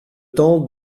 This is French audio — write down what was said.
temps